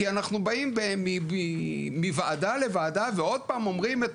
כי אנחנו באים מוועדה לוועדה ועוד פעם אומרים את